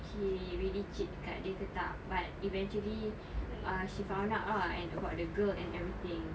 he really cheat dekat dia ke tak eventually ah she found out ah and about the girl and everything